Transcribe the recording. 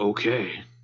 Okay